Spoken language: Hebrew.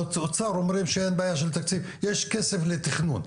ובאוצר אומרים שאין בעיה של תקציב, יש כסף לתכנון.